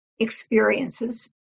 experiences